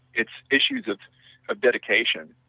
it's issues of ah dedication,